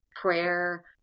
prayer